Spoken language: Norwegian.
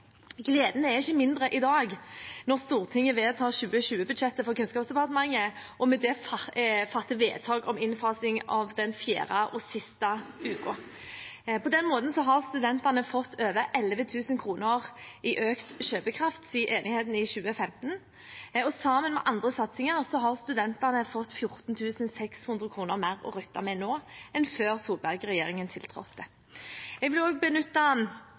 Gleden er ikke mindre i dag, når Stortinget vedtar 2020-budsjettet for Kunnskapsdepartementet og med det fatter vedtak om innfasing av den fjerde og siste uken. På den måten har studentene fått over 11 000 kr i økt kjøpekraft siden enigheten i 2015. Sammen med andre satsinger har studentene fått 14 600 kr mer å rutte med nå enn før Solberg-regjeringen tiltrådte. Jeg vil også benytte